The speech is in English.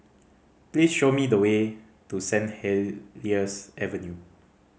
please show me the way to Saint Helier's Avenue